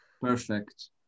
Perfect